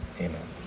Amen